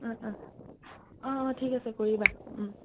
অঁ অঁ অঁ অঁ ঠিক আছে কৰিবা